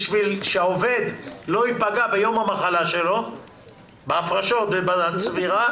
כדי שהעובד לא ייפגע ביום המחלה שלו בהפרשות ובצבירה,